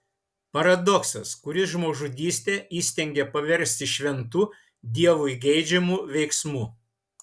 paradoksas kuris žmogžudystę įstengia paversti šventu dievui geidžiamu veiksmu